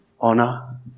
honor